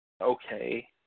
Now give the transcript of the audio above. okay